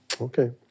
Okay